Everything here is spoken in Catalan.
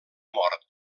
mort